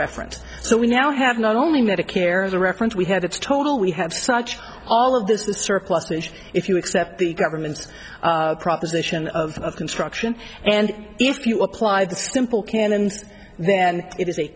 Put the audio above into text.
reference so we now have not only medicare as a reference we had its total we have such all of this the surplus mission if you accept the government's proposition of construction and if you apply the simple canons then it is a